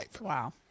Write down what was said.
Wow